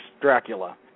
Dracula